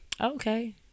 Okay